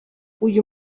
uyu